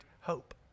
hope